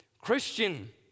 Christian